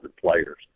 players